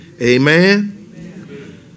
Amen